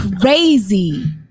crazy